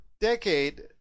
decade